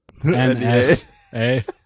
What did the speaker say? NSA